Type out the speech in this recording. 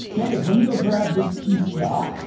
okay, let me go grab this piece here.